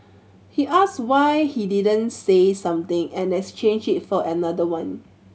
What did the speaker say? he asked why he didn't say something and exchange it for another one